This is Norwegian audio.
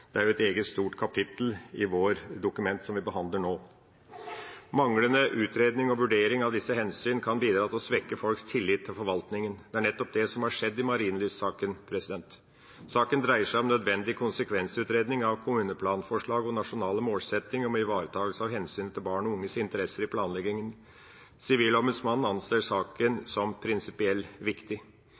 Det er eget stort kapittel i dokumentet som vi behandler nå. Manglende utredning og vurdering av disse hensynene kan bidra til å svekke folks tillit til forvaltningen. Det er nettopp det som har skjedd i Marienlyst-saken. Saken dreier seg om en nødvendig konsekvensutredning av kommuneplanforslag og nasjonale målsettinger om å ivareta hensynet til barn og unges interesser i planleggingen. Sivilombudsmannen anser saken som prinsipielt viktig.